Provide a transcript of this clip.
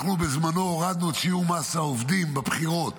בזמנו הורדנו את שיעור מס העובדים בבחירות,